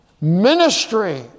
Ministry